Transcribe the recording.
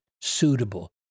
suitable